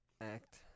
Act